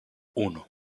uno